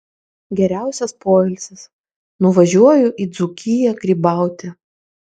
geriausias poilsis nuvažiuoju į dzūkiją grybauti